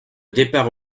départ